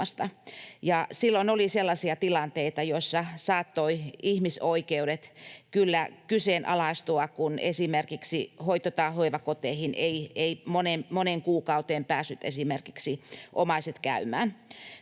Silloin oli sellaisia tilanteita, joissa saattoivat ihmisoikeudet kyllä kyseenalaistua, kun esimerkiksi hoito- tai hoivakoteihin eivät moneen kuukauteen päässeet esimerkiksi omaiset käymään.